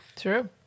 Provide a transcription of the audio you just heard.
True